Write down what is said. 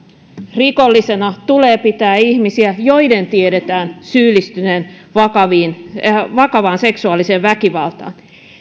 rikollisena tulee pitää ihmisiä joiden tiedetään syyllistyneen vakavaan seksuaaliseen väkivaltaan